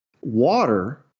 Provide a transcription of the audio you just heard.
water